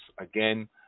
Again